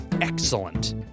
Excellent